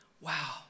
Wow